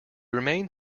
remained